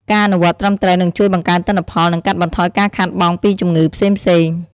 ការអនុវត្តន៍ត្រឹមត្រូវនឹងជួយបង្កើនទិន្នផល និងកាត់បន្ថយការខាតបង់ពីជំងឺផ្សេងៗ។